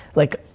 like,